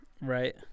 Right